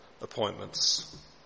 appointments